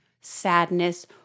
sadness